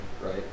right